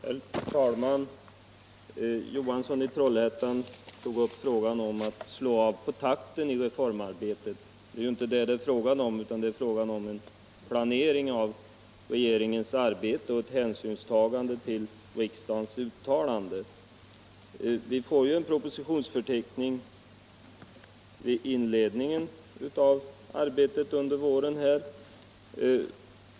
Herr talman! Herr Johansson i Trollhättan tog upp frågan om att slå av på takten i reformarbetet. Det är inte fråga om det utan om en bättre planering av regeringens arbete och ett hänsynstagande till riksdagens uttalande. Vi får en propositionsförteckning vid inledningen av riksdagsarbetet under våren.